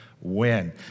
win